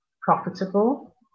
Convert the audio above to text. profitable